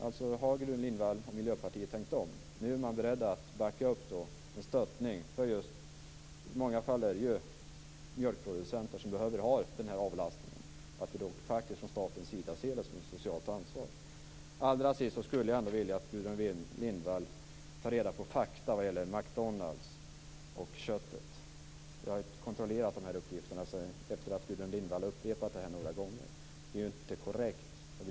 Har Gudrun Lindvall och Miljöpartiet tänkt om, så att man nu är beredd att backa upp ett stöd till mjölkproducenter som behöver ha den här avlastningen? Ser man från statens sida detta som ett socialt ansvar? Jag skulle allra sist vilja att Gudrun Lindvall tar reda på fakta vad gäller McDonalds och köttet. Jag har efter det att Gudrun Lindvall upprepat sin uppgift flera gånger kontrollerat den. Det som Gudrun Lindvall säger är inte korrekt.